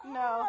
no